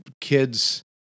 Kids